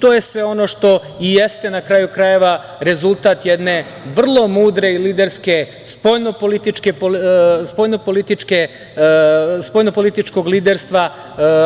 To je sve ono što i jeste, na kraju krajeva, rezultat jednog vrlo mudrog spoljno-političkog liderstva